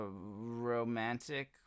romantic